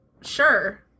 sure